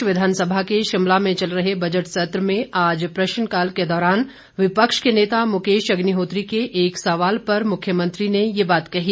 प्रदेश विधानसभा के शिमला में चल रहे बजट सत्र में आज प्रश्नकाल के दौरान विपक्ष के नेता मुकेश अग्निहोत्री के एक सवाल पर मुख्यमंत्री ने ये बात कही